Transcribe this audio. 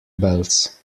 belts